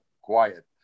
quiet